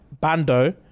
bando